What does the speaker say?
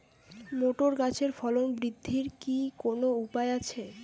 Motor গাছের ফলন বৃদ্ধির কি কোনো উপায় আছে?